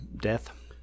death